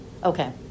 okay